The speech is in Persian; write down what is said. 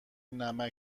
نمکـ